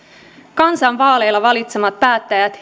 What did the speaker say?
kansan vaaleilla valitsemat päättäjät